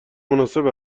مناسب